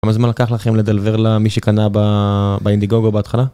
כמה זמן לקח לכם לדלבר למי שקנה באינדיגוגו בהתחלה.